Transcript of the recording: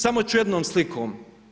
Samo ću jednom slikom.